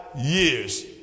years